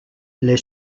les